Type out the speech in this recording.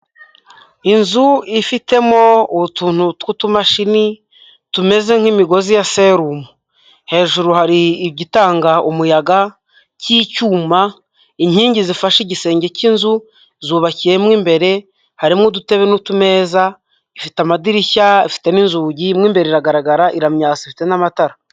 Inzu ifitemo utuntu tw'utumashini tumeze nk'imigozi ya serumu, hejuru hari igitanga umuyaga cy'icyuma, inkingi zifashe igisenge cy'inzu zubakiyemo imbere, harimo udutebe n'utumeza, ifite amadirishya, ifite n'inzugi, mo imbere iragaragara iramyase ifite n'amatara.